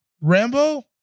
rambo